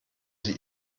sie